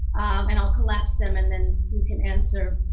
and i'll collect them and then you can answer.